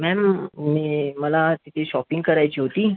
ma'am मी मला तिथे शॉपिंग करायची होती